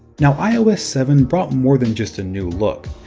now ios seven brought more than just a new look.